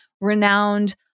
renowned